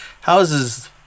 houses